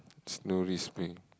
snow display